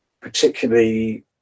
particularly